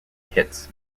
hits